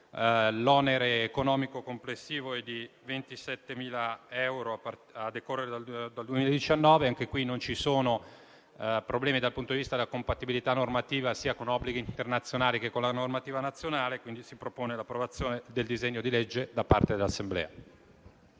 l'onere economico complessivo è di 27.000 euro a decorrere dal 2019. Anche in questo caso non ci sono problemi dal punto di vista la compatibilità normativa sia con gli obblighi internazionali sia con la normativa nazionale, quindi si propone l'approvazione del disegno di legge da parte dell'Assemblea.